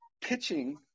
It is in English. pitching